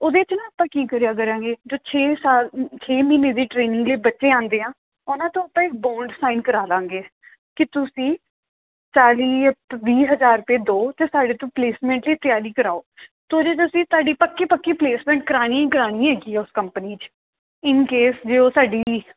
ਉਹਦੇ 'ਚ ਨਾ ਆਪਾਂ ਕੀ ਕਰਿਆ ਕਰਾਂਗੇ ਜੋ ਛੇ ਸਾਲ ਛੇ ਮਹੀਨੇ ਦੀ ਟ੍ਰੇਨਿੰਗ ਲਈ ਬੱਚੇ ਆਉਂਦੇ ਆ ਉਹਨਾਂ ਤੋਂ ਆਪਾਂ ਇੱਕ ਬੋਲਡ ਸਾਈਨ ਕਰਾ ਲਾਂਗੇ ਕਿ ਤੁਸੀਂ ਚਾਲ੍ਹੀ ਵੀਹ ਹਜ਼ਾਰ ਰੁਪਏ ਦਿਓ ਅਤੇ ਸਾਡੇ ਤੋਂ ਪਲੇਸਮੈਂਟ ਲਈ ਤਿਆਰੀ ਕਰਾਓ ਤੋ ਜੇ ਤੁਸੀਂ ਤੁਹਾਡੀ ਪੱਕੀ ਪੱਕੀ ਪਲੇਸਮੈਂਟ ਕਰਾਉਣੀ ਹੀ ਕਰਾਉਣੀ ਹੈਗੀ ਆ ਉਸ ਕੰਪਨੀ 'ਚ ਇਨ ਕੇਸ ਜੇ ਉਹ ਸਾਡੀ